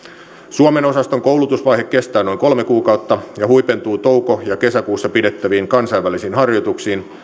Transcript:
suomen osaston koulutusvaihe kestää noin kolme kuukautta ja huipentuu touko ja kesäkuussa pidettäviin kansainvälisiin harjoituksiin